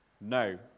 no